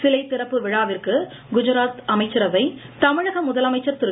சிலை திறப்பு விழாவிற்கு குஜராத் அமைச்சரவை தமிழக முதலமைச்சா திரு